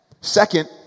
Second